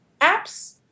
apps